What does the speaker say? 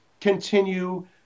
continue